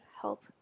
help